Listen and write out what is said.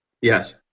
Yes